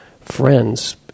friends